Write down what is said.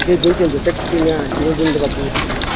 ᱪᱤᱞᱤ ᱵᱤᱧ ᱪᱚᱭ ᱡᱚᱴᱮᱫ ᱠᱤᱫᱤᱧᱟ ᱪᱤᱞᱤ ᱵᱤᱧ ᱪᱚ ᱡᱚᱴᱮᱫ ᱠᱤᱫᱤᱧᱟ